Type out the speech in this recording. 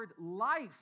life